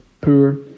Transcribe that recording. poor